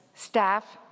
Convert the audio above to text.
staff,